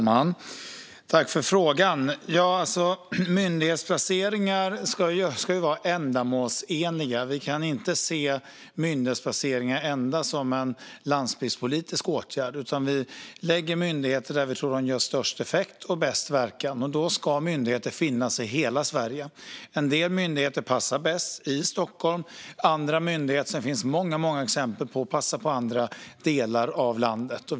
Herr talman! Tack, ledamoten, för frågan! Myndighetsplaceringar ska vara ändamålsenliga. Vi kan inte se myndighetsplaceringar endast som en landsbygdspolitisk åtgärd, utan vi lägger myndigheter där vi tror att de har bäst effekt och störst verkan, och då ska myndigheter finnas i hela Sverige. En del myndigheter passar bäst i Stockholm. Andra myndigheter - det finns det många exempel på - passar i andra delar av landet.